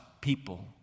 people